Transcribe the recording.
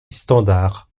standard